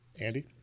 Andy